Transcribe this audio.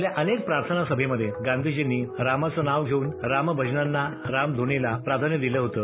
आपल्या अनेक प्रार्थना सभेमधे गांधीजींनी रामाचं नाव घेऊन राम भजनांना राम धुनींना प्राधान्य दिलं होतं